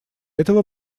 этого